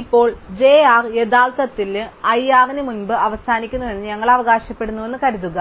ഇപ്പോൾ j r യഥാർത്ഥത്തിൽ i r ന് മുമ്പ് അവസാനിക്കുന്നുവെന്ന് ഞങ്ങൾ അവകാശപ്പെടുന്നുവെന്ന് കരുതുക